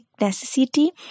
necessity